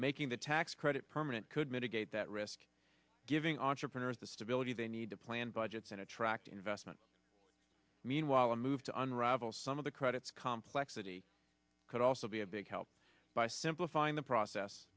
making the tax credit permanent could mitigate that risk giving entrepreneurs the stability they need to plan budgets and attract investment meanwhile a move to unravel some of the credits complexity could also be a big help by simplifying the process